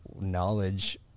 knowledge